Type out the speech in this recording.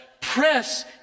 Press